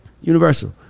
Universal